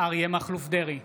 אריה מכלוף דרעי,